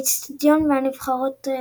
האצטדיון והנבחרות היריבות.